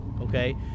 Okay